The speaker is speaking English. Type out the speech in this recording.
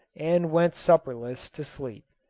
and went supperless to sleep.